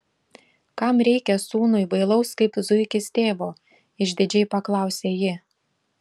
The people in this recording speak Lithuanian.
kam reikia sūnui bailaus kaip zuikis tėvo išdidžiai paklausė ji